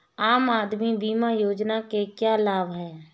आम आदमी बीमा योजना के क्या लाभ हैं?